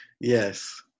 Yes